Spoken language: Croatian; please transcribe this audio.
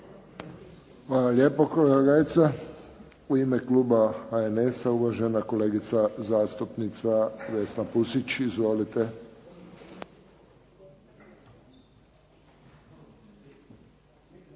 Hvala lijepo. U ime kluba HNS-a, uvažena kolegica zastupnica Vesna Pusić. Izvolite.